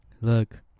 Look